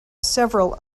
several